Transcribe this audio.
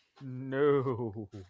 no